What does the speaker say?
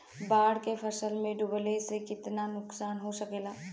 बाढ़ मे फसल के डुबले से कितना नुकसान हो सकेला?